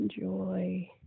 enjoy